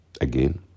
again